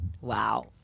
Wow